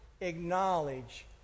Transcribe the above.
acknowledge